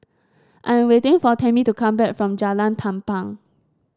I am waiting for Tamie to come back from Jalan Tampang